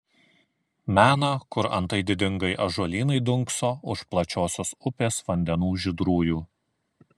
mena kur antai didingai ąžuolynai dunkso už plačiosios upės vandenų žydrųjų